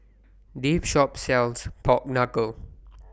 This Shop sells Pork Knuckle